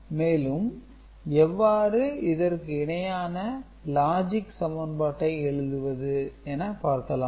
மேலும் எவ்வாறு இதற்கு இணையான லாஜிக் சமன்பாட்டை எழுதுவது என பார்க்கலாம்